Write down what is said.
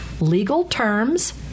legalterms